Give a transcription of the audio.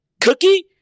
Cookie